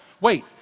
Wait